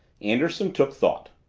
anderson took thought.